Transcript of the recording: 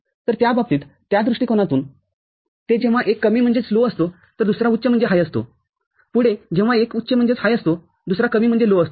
तरत्या बाबतीतत्या दृष्टीकोनातून ते जेव्हा एक कमीअसतो दुसरा उच्चअसतो पुढे जेव्हा एक उच्च असतो दुसरा कमी असतो